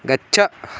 गच्छ